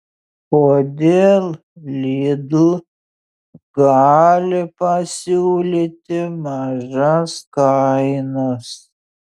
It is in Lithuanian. kodėl lidl gali pasiūlyti mažas kainas